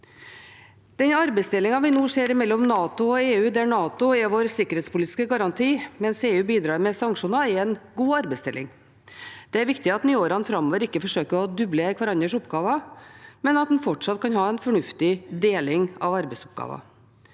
Den arbeidsdelingen vi nå ser mellom NATO og EU, der NATO er vår sikkerhetspolitiske garanti, mens EU bidrar med sanksjoner, er en god arbeidsdeling. Det er viktig at en i årene framover ikke forsøker å dublere hverandres oppgaver, men at en fortsatt kan ha en fornuftig deling av arbeidsoppgaver.